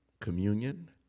communion